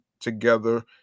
together